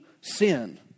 sin